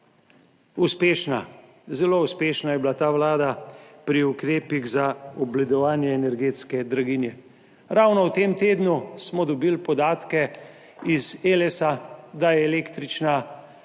zelo uspešna je bila ta Vlada pri ukrepih za obvladovanje energetske draginje. Ravno v tem tednu smo dobili podatke iz Elesa, da je električna